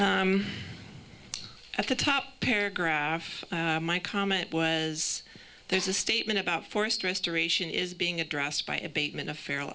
three at the top paragraph my comment was there's a statement about forest restoration is being addressed by abatement a feral